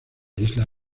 isla